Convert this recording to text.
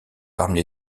parmi